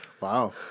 Wow